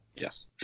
Yes